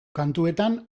kantuetan